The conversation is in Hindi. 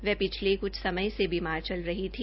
वह पिछले कुछ समय से बीमार चल रही थी